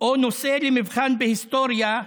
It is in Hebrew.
או נושא למבחן בהיסטוריה,